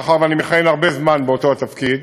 מאחר שאני מכהן הרבה זמן באותו תפקיד,